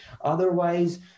Otherwise